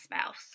spouse